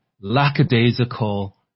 lackadaisical